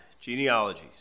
genealogies